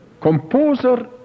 composer